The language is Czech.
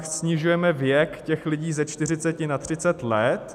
Snižujeme tam věk těch lidí ze 40 na 30 let.